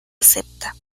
acepta